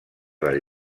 del